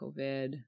COVID